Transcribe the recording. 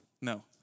No